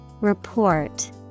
Report